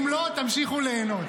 אם לא, תמשיכו ליהנות.